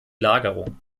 lagerung